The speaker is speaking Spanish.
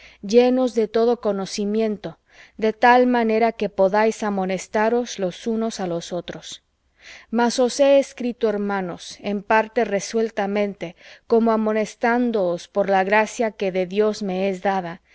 llenos de todo conocimiento de tal manera que podáis amonestaros los unos á los otros mas os he escrito hermanos en parte resueltamente como amonestándoos por la gracia